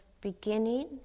beginning